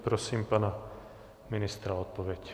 Prosím pana ministra o odpověď.